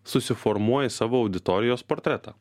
susiformuoji savo auditorijos portretą